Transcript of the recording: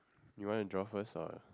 you wanna draw first or